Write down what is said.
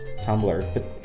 Tumblr